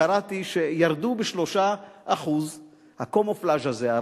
קראתי שירדו ב-3% הקמופלז' הזה,